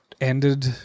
ended